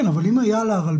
כן אבל אם היה לרלב"ד,